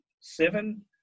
Seven